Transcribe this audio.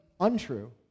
untrue